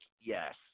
yes